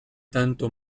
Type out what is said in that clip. tanto